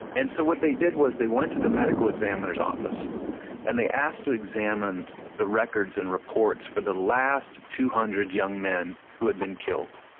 and so what they did was they went to the medical examiner's office and they asked to examine the records and reports for the last two hundred young men who had been killed.